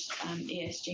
ESG